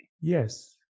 Yes